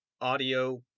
audio